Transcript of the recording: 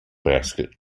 basket